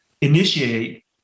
initiate